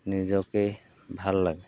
নিজকেই ভাল লাগে